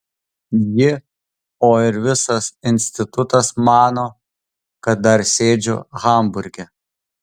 ji o ir visas institutas mano kad dar sėdžiu hamburge